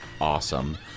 awesome